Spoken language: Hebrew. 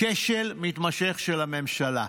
כשל מתמשך של הממשלה.